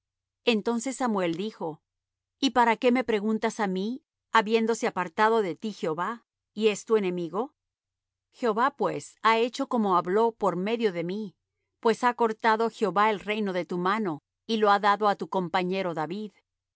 entonces samuel dijo y para qué me preguntas á mí habiéndose apartado de ti jehová y es tu enemigo jehová pues ha hecho como habló por medio de mí pues ha cortado jehová el reino de tu mano y lo ha dado á tu compañero david